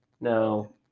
No